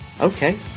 Okay